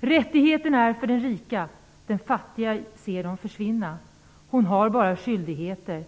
Rättigheterna är för den rika, den fattiga ser dem försvinna, hon har bara skyldigheter